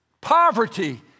poverty